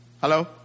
Hello